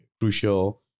crucial